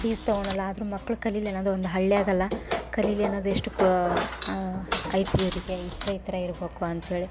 fees ತೊಗೊಳಲ್ಲ ಆದರೂ ಮಕ್ಕಳು ಕಲಿಲಿಲ್ಲಾಂದರೆ ಒಂದು ಹಳ್ಳಿಯಾಗಲ್ಲ ಕಲಿಯಲಿ ಅನ್ನೋದು ಎಷ್ಟು ಕು ಐತಿ ಇವರಿಗೆ ಇದ್ದರೆ ಈ ಥರ ಇರಬೇಕು ಅಂತೇಳಿ